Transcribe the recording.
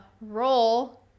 roll